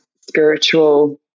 spiritual